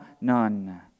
none